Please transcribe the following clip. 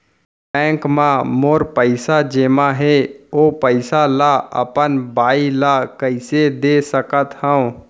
Bank म मोर पइसा जेमा हे, ओ पइसा ला अपन बाई ला कइसे दे सकत हव?